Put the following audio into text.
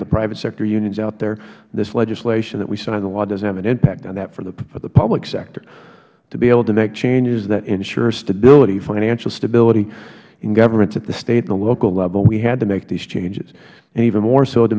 of the private sector unions out there this legislation that we signed into law doesnt have an impact on that for the public sector to be able to make changes that ensure stability financial stability in governments at the state and the local level we had to make these changes and even more so to